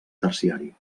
terciari